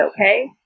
okay